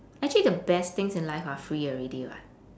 actually the best things in life are free already [what]